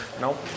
no